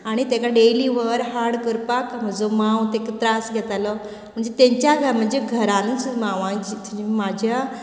आनी तेका डेली व्हर हाड करपाक म्हजो मांव तेका त्रास घेतालो म्हणजे तेंच्या म्हणजे घरांतूच मांवाची म्हाज्या